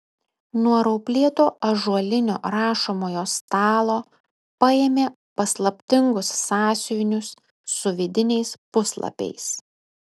nuo rauplėto ąžuolinio rašomojo stalo paėmė paslaptingus sąsiuvinius su vidiniais puslapiais